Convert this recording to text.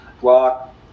block